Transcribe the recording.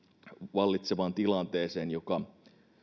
vallitsevaan tilanteeseen joka